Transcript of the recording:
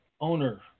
owner